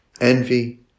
envy